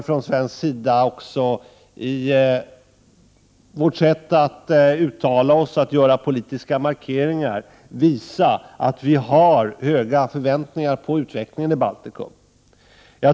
Från svensk sida bör vi också i vårt sätt att uttala oss och göra politiska markeringar visa att vi har höga förväntningar på utvecklingen i Baltikum.